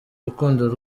urukundo